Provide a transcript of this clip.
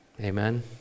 Amen